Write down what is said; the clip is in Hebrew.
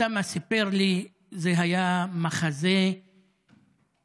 אוסאמה סיפר לי שזה היה מחזה ממש,